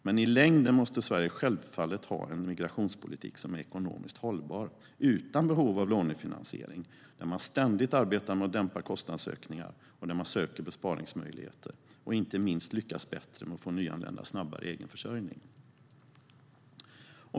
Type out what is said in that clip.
Men i längden måste Sverige självfallet ha en migrationspolitik som är ekonomiskt hållbar utan behov av lånefinansiering. Man ska ständigt arbeta med att dämpa kostnadsökningar, söka besparingsmöjligheter och inte minst lyckas bättre med att snabbare få nyanlända i egen försörjning.